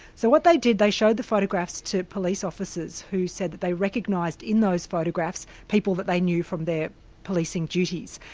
so what they did, they showed the photographs to police officers who said they recognised in those photographs, people that they knew from their policing duties.